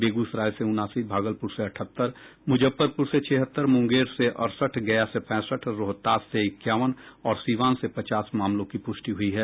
बेगूसराय से उनासी भागलपुर से अठहत्तर मुजफ्फरपुर से छिहत्तर मुंगेर से अड़सठ गया से पैंसठ रोहतास से इकयावन और सीवान से पचास मामलों की प्रष्टि हुई है